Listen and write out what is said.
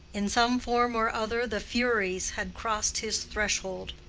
in some form or other the furies had crossed his threshold.